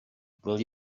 will